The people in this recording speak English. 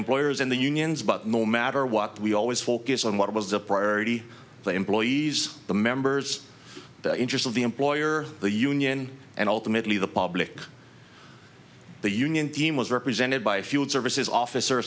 employers and the unions but no matter what we always focus on what was the priority the employees the members the interest of the employer the union and ultimately the public the union team was represented by field services officer